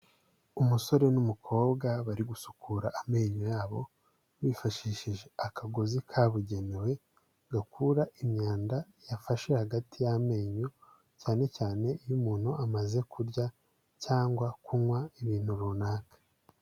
Umusore n'umukobwa bari gusukura amenyo yabo, bifashishije akagozi kabugenewe gakura imyanda yafashe hagati y'amenyo, cyane cyane iyo umuntu amaze kurya cyangwa kunywa ibintu runaka.